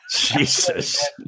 Jesus